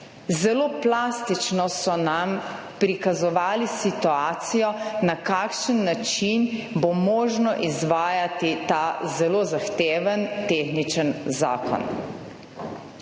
Zelo plastično so nam prikazovali situacijo, na kakšen način bo možno izvajati ta zelo zahteven tehničen zakon.